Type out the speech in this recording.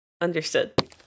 Understood